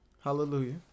Hallelujah